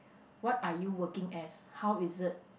what are you working as how is it